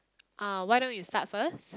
uh why don't you start first